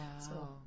Wow